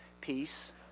peace